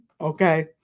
okay